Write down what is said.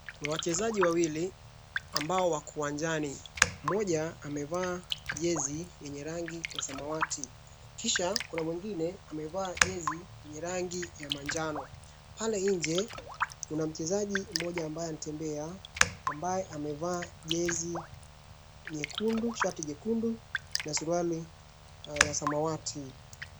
Wachezaji wawili ambao wako uwanjani, mmoja amevaa jezi ya rangi ya samawati kisha mwingine amevaa jezi yenye rangi ya manjano. Pale nje kuna mchezaji mmoja mbaye anatembea ambaye amevaa shati nyekundu na suruari ya samawati.